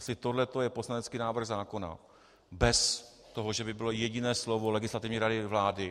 Jestli tohle to je poslanecký návrh zákona bez toho, že by bylo jediné slovo Legislativní rady vlády.